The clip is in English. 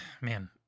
man